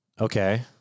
Okay